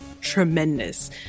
tremendous